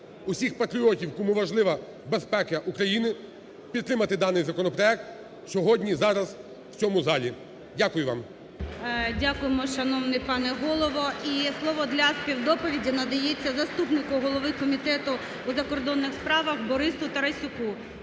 усіх патріотів, кому важлива безпека України, підтримати даний законопроект сьогодні й зараз в цьому залі. Дякую вам. ГЕРАЩЕНКО І.В. Дякуємо, шановний пане Голов о. І слово для співдоповіді надається заступнику голови Комітету у закордонних справах Борису Тарасюку.